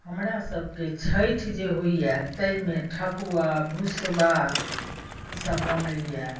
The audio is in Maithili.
हमरासभके छठि जे होइए ताहिमे ठकुआ भुसवा ईसभ बनैए